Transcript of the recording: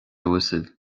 uasail